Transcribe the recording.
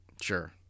Sure